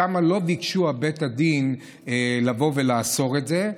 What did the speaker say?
שם לא ביקש בית הדין לאסור את זה.